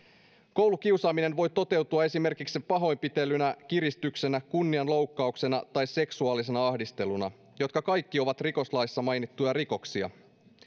koulukiusaaminen voi toteutua esimerkiksi pahoinpitelynä kiristyksenä kunnianloukkauksena tai seksuaalisena ahdisteluna jotka kaikki ovat rikoslaissa mainittuja rikoksia